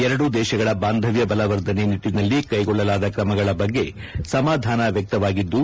ಎರಡೂ ದೇಶಗಳ ಬಾಂಧವ್ಯ ಬಲವರ್ಧನೆ ನಿಟ್ಟನಲ್ಲಿ ಕೈಗೊಳ್ಳಲಾದ ಕ್ರಮಗಳ ಬಗ್ಗೆ ಸಮಾಧಾನ ವ್ಯಕ್ತವಾಗಿದ್ದು